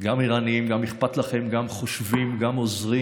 גם ערניים, גם אכפת לכם, גם חושבים, גם עוזרים.